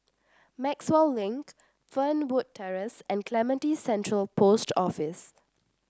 Maxwell Link Fernwood Terrace and Clementi Central Post Office